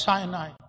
Sinai